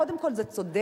קודם כול זה צודק